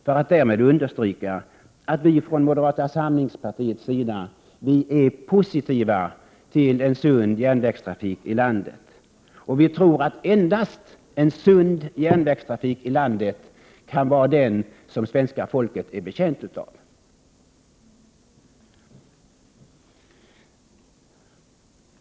Jag vill härmed understryka att vi från moderat sida är positiva till en sund järnvägstrafik här i landet. Endast en sund järnvägstrafik är det svenska folket betjänt av.